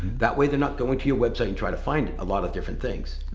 that way they're not going to your website and try to find a lot of different things.